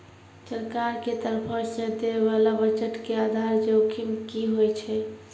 सरकार के तरफो से दै बाला बजट के आधार जोखिम कि होय छै?